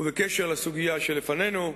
ובקשר לסוגיה שלפנינו,